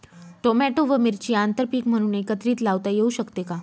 Tomato व मिरची आंतरपीक म्हणून एकत्रित लावता येऊ शकते का?